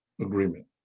agreement